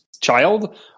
child